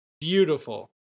Beautiful